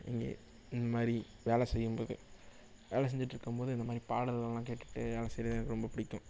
இங்கே இந்த மாதிரி வேலை செய்யும்போது வேலை செஞ்சிகிட்ருக்கும்போது இந்த மாதிரி பாடல்கள்லாம் கேட்டுட்டு வேலை செய்கிறது எனக்கு ரொம்ப பிடிக்கும்